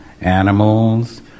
animals